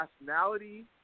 nationality